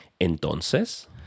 Entonces